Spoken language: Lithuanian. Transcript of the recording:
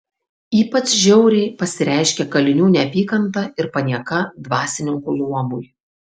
ypač žiauriai pasireiškė kalinių neapykanta ir panieka dvasininkų luomui